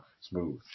Smooth